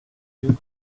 you